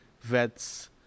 vets